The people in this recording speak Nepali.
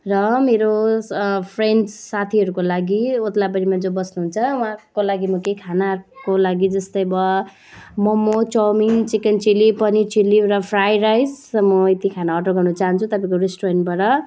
र मेरो स फ्रेन्ड्स साथीहरूको लागि ओद्लाबारीमा जो बस्नुहुन्छ उहाँको लागि म केही खानाको लागि जस्तै भयो momo chow mein chicken chilli paneer chilli एउटा फ्राई राइस र म यति खाना अर्डर गर्न चाहन्छु तपाईँको रेस्टुरेन्टबाट